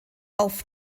auf